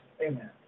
Amen